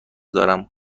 دارم